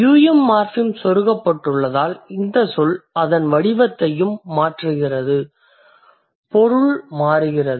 um morpheme செருகப்பட்டதால் இந்த சொல் அதன் வடிவத்தையும் மாற்றுகிறது பொருள் மாறுகிறது